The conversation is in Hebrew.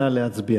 נא להצביע.